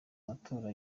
matora